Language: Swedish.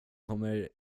kommer